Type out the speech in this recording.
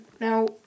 Now